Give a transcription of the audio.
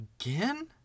Again